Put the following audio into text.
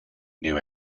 new